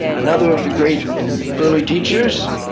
another of the great early teachers,